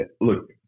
Look